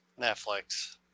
Netflix